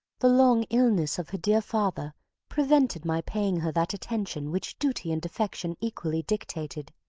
the long illness of her dear father prevented my paying her that attention which duty and affection equally dictated,